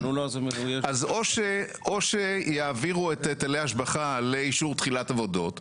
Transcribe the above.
אז או שיעבירו את היטלי ההשבחה לאישור תחילת עבודות,